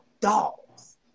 dogs